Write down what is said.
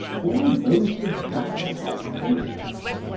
all modes of government are failures.